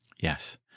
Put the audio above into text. Yes